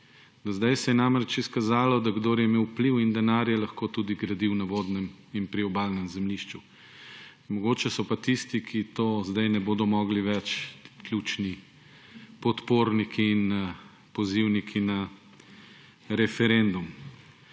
zdaj se je namreč izkazalo, da kdor je imel vpliv in denar, je lahko tudi gradil na vodnem in priobalnem zemljišču. Mogoče so pa tisti, ki to zdaj ne bodo mogli več, ključni podporniki in pozivniki na referendum.